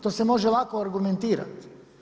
To se može lako argumentirati.